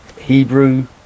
Hebrew